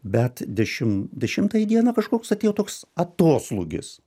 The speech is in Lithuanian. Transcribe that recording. bet dešim dešimtąją dieną kažkoks atėjo toks atoslūgis